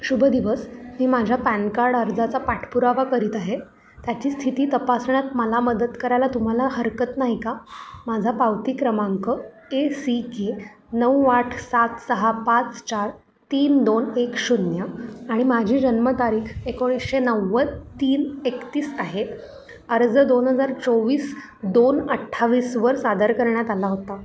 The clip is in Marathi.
शुभ दिवस मी माझ्या पॅन कार्ड अर्जाचा पाठपुरावा करीत आहे त्याची स्थिती तपासण्यात मला मदत करायला तुम्हाला हरकत नाही का माझा पावती क्रमांक ए सी के नऊ आठ सात सहा पाच चार तीन दोन एक शून्य आणि माझी जन्मतारीख एकोणीशे नव्वद तीन एकतीस आहे अर्ज दोन हजार चोवीस दोन अठ्ठावीसवर सादर करण्यात आला होता